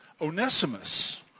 Onesimus